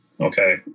Okay